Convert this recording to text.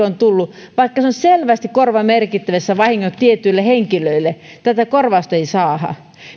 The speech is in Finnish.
on tullut vaikka on selvästi korvamerkittävissä vahingot tietyille henkilöille tätä korvausta ei saada